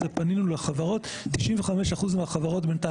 הזה פנינו לחברות 95% מהחברות בינתיים